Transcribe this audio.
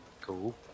Cool